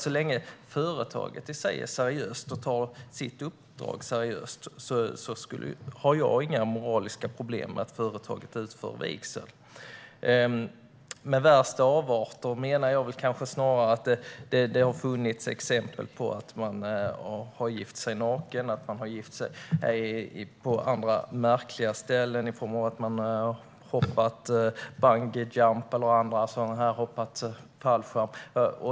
Så länge företaget i sig är seriöst och tar sitt uppdrag seröst har jag inga moraliska problem med att företaget utför vigseln. Med "värsta avarter" menar jag snarare att det har funnits exempel på att man har gift sig naken eller har gift sig på märkliga ställen, till exempel då man har hoppat bungyjump eller fallskärm.